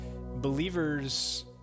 believers